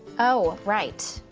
oh, right,